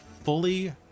fully